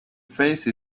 face